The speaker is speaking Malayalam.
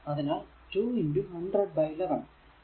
അതിനാൽ 2 100 ബൈ 11